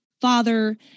father